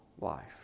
life